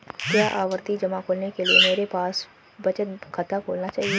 क्या आवर्ती जमा खोलने के लिए मेरे पास बचत खाता होना चाहिए?